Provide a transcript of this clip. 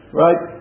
right